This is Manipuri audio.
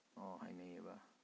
ꯑꯣ ꯍꯥꯏꯅꯩꯌꯦꯕ